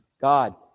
God